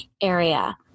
area